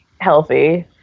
healthy